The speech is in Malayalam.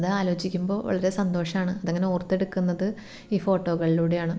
അത് ആലോചിക്കുമ്പോൾ വളരെ സന്തോഷമാണ് അതങ്ങനെ ഓർത്തെടുക്കുന്നത് ഈ ഫോട്ടോകളിലൂടെയാണ്